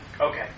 okay